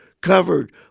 covered